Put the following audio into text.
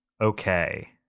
okay